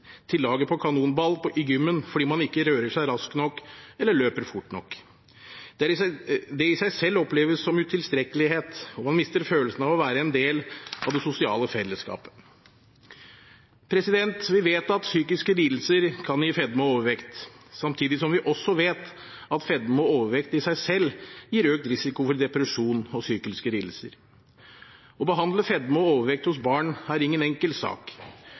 på kanonball i gymmen fordi man ikke rører seg raskt nok eller løper fort nok. Det i seg selv oppleves som utilstrekkelighet, og man mister følelsen av å være en del av det sosiale fellesskapet. Vi vet at psykiske lidelser kan gi fedme og overvekt, samtidig som vi vet at fedme og overvekt i seg selv gir økt risiko for depresjon og psykiske lidelser. Å behandle fedme og overvekt hos barn er ingen enkel sak.